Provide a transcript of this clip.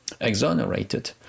exonerated